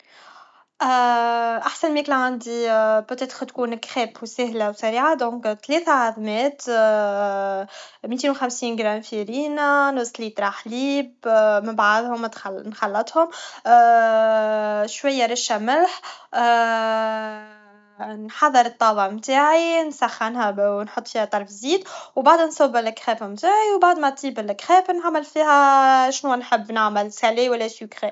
احسن ماكلة عندي بوتاتر تكون كراب ساهلة و سريعة دونك تلاثة عضمات ميتين و خمسين غرام فرينة نص ايطره حليب مع بعضهم نخلطهم شويه رشه ملح نحضر الطاوه نتاعي نسخنها و نحط فيها طرف زيت و بعد نصب لكخاب نتاعي و بعد متطيب لكخاب نعمل فيهااش نحب نعمل ساليه و لا سكخيه